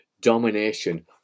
domination